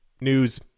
news